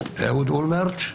אהוד אולמרט,